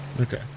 Okay